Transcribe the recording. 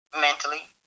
Mentally